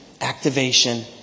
activation